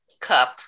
cup